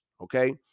Okay